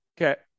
Okay